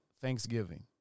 Thanksgiving